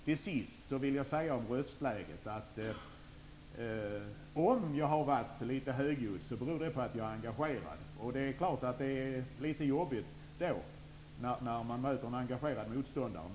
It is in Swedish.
Till sist vill jag om röstläget säga att det, om jag har varit litet högljudd, beror på att jag är engagerad. Det är klart att det är litet jobbigt när man möter en engagerad motståndare.